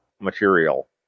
material